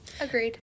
Agreed